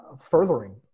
furthering